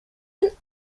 and